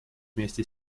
вместе